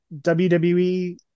WWE